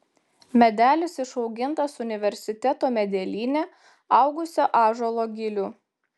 medelis išaugintas universiteto medelyne augusio ąžuolo gilių